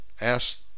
Ask